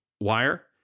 Wire